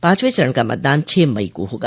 पांचवें चरण का मतदान छह मई को होगा